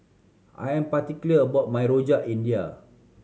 I am particular about my Rojak India